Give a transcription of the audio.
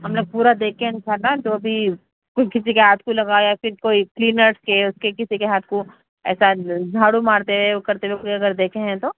ہم لوگ پورا دیکھ کے اِنشاء اللہ جو بھی کچھ کسی کے ہاتھ کو لگا یا پھر کوئی کلینرس کے اُس کے کسی کے ہاتھ کو ایسا جھاڑو مارتے وہ کرتے ہوئے کوئی اگر دیکھیں ہیں تو